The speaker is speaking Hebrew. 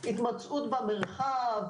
התמצאות במרחב,